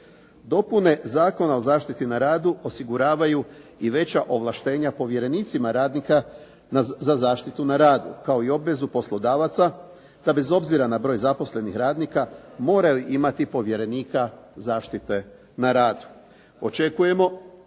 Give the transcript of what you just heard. Dopune Zakona o zaštiti na radu osiguravaju i veća ovlaštenja povjerenicima radnika za zaštitu na radu, kao i obvezu poslodavaca da bez obzira na broj zaposlenih radnika moraju imati povjerenika zaštite na radu. Očekujemo